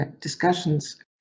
discussions